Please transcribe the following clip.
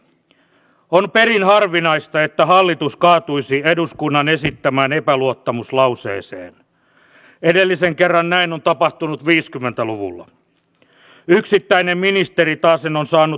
varsin keskeinen on perin harvinaista että hallitus kaatuisi eduskunnan esittämään epäluottamuslauseeseen myös ensi vuoden talousarvioesityksessä mainittu päivitetty terrorismin torjuntastrategia jolla jatketaan väkivaltaisen ekstremismin torjuntaa